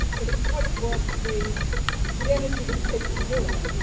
that it's quite worth the the energy that it takes to do it.